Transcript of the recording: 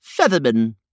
Featherman